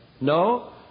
No